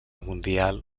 mundial